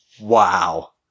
Wow